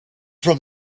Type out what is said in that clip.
from